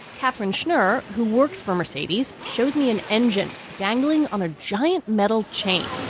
kathrin schnurr, who works for mercedes, showed me an engine, dangling on ah giant metal chains,